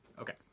Okay